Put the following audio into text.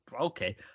okay